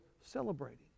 celebrating